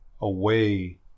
away